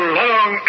long